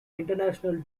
international